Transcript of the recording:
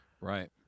Right